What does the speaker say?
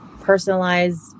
personalized